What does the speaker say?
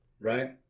right